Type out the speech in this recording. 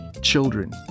children